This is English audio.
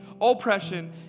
oppression